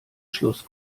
schluss